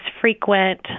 frequent